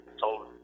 told